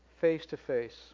face-to-face